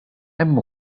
hemm